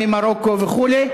ממרוקו וכו',